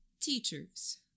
Teachers